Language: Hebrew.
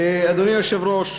תודה רבה.